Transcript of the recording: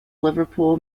liverpool